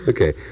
Okay